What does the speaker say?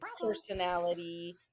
personality